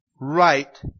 right